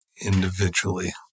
individually